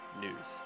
news